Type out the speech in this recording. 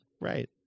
Right